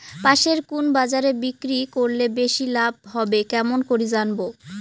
পাশের কুন বাজারে বিক্রি করিলে বেশি লাভ হবে কেমন করি জানবো?